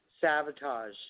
Sabotage